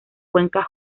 cuenca